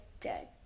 dead